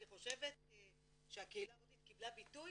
אני חושבת שהקהילה ההודית קיבלה ביטוי